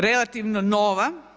Relativno nova.